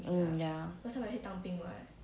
mm